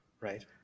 Right